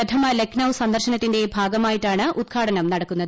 പ്രഥമ ലക്നൌ സന്ദർശനത്തിന്റെ ഭാഗമായിട്ടാണ് ഉദ്ഘാടനം നടക്കുന്നത്